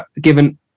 given